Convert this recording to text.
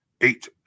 Eight